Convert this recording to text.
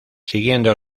siguiendo